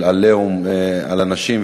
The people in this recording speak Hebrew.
של "עליהום" על אנשים,